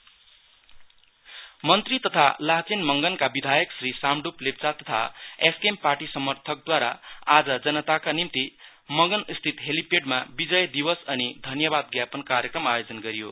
SKM celebration मन्त्री तथा लाचेन मगनका विधायक श्री सामड्प लेप्चा तथा एसकेएम पार्टी समर्थकद्वारा आज जनताका निम्ति मगनस्थित हेलिपेडमा विजय दिवस अनि धन्यवाद ज्ञापन कार्यक्रम आयोजन गरियो